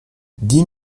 dix